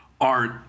Art